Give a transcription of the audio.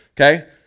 Okay